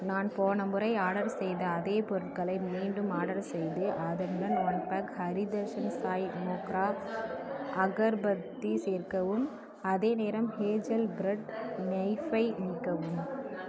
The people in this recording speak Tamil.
நான் போன முறை ஆர்டர் செய்த அதே பொருட்களை மீண்டும் ஆர்டர் செய்து அதனுடன் ஒன் பேக் ஹரி தர்ஷன் சாய் மோக்ரா அகர்பத்தி சேர்க்கவும் அதேநேரம் ஹேஜெல் பிரெட் நைஃப்பை நீக்கவும்